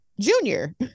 Junior